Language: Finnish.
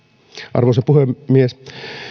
arvoisa puhemies